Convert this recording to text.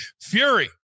Fury